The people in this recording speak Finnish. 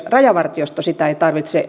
rajavartiosto sitä ei tarvitse